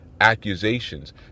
accusations